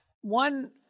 one